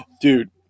dude